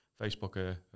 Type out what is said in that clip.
Facebook